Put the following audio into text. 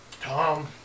Tom